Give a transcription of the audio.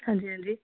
ਹਾਂਜੀ ਹਾਂਜੀ